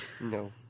No